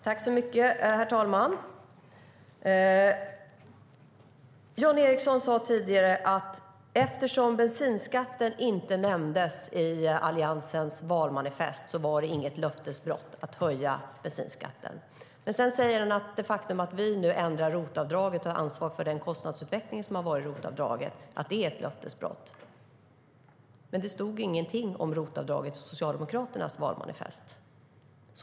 Herr talman! Jan Ericson sa tidigare att eftersom bensinskatten inte nämndes i Alliansens valmanifest var det inget löftesbrott att höja den. Sedan säger han att det faktum att vi nu ändrar ROT-avdraget och tar ansvar för den kostnadsutveckling som har varit med den är ett löftesbrott. Men det stod ingenting om ROT-avdraget i Socialdemokraternas valmanifest.